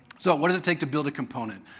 so what does it take to build a component?